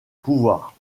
pouvoir